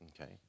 Okay